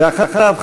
ואחריו,